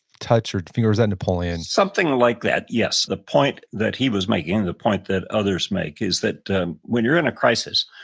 touch or finger. is that napoleon? something like that, yes. the point that he was making, the point that others make is that when you're in a crisis,